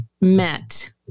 met